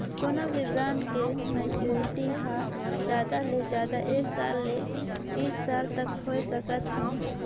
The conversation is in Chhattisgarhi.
कोनो भी ब्रांड के मैच्योरिटी हर जादा ले जादा एक साल ले तीस साल तक होए सकत हे